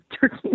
turkey